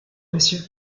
monsieur